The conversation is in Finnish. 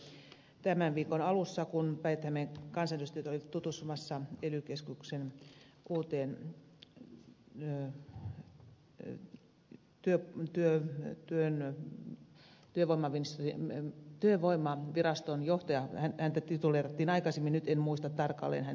tämän kuulimme tämän viikon alussa kun päijät hämeen kansanedustajat olivat tutustumassa ely keskuksen uuteen työvoimaviraston johtajaan näin häntä tituleerattiin aikaisemmin nyt en muista tarkalleen hänen uutta titteliään